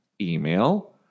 email